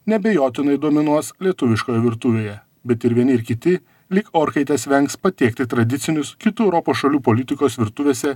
neabejotinai dominuos lietuviškoje virtuvėje bet ir vieni ir kiti lyg orkaitės vengs patiekti tradicinius kitų europos šalių politikos virtuvėse